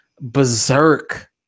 berserk